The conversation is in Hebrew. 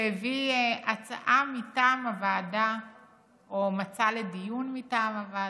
הצעה מטעם הוועדה או מצע לדיון מטעם הוועדה,